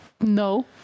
No